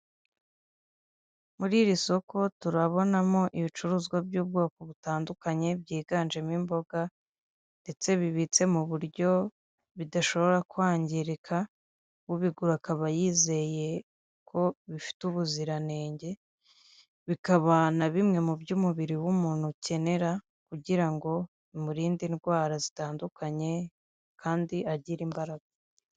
Muri iri soko turabonamo ibicuruzwa by'ubwoko butandukanye byiganjemo imboga ndetse bibitse mu buryo bidashobora kwangirika ubigura akaba yizeye ko bifite ubuziranenge bikaba na bimwe mu byo umubiri w'umuntu ukenera kugira ngo bimurinde indwara zitandukanye kandi agire imbaraga .